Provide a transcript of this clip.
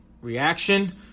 Reaction